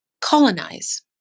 Colonize